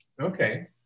Okay